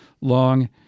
long—